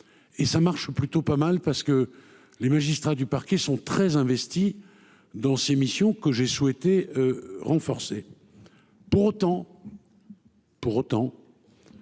et ça marche plutôt pas mal, parce que les magistrats du parquet sont très investis dans ses missions que j'ai souhaité renforcer pour autant, pour autant,